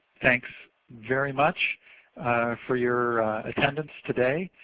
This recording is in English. thanks very much for your attendance today